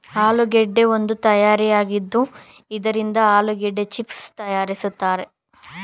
ಆಲೂಗೆಡ್ಡೆ ಒಂದು ತರಕಾರಿಯಾಗಿದ್ದು ಇದರಿಂದ ಆಲೂಗೆಡ್ಡೆ ಚಿಪ್ಸ್ ಸಹ ತರಯಾರಿಸ್ತರೆ